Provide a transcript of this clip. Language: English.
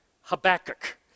Habakkuk